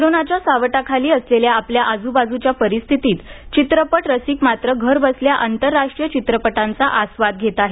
कोरोनाच्या सावटाखाली असलेल्या आपल्या आज्बाज्रच्या परिस्थितीत चित्रपट रसिक मात्र घरबसल्या आंतरराष्ट्रीय चित्रपटांचा आस्वाद घेत आहेत